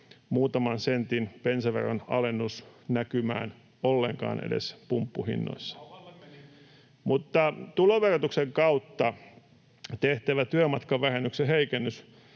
muutaman sentin bensaveron alennus näkymään ollenkaan edes pumppuhinnoissa. Mutta tuloverotuksen kautta tehtävä työmatkavähennyksen heikennys